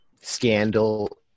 scandal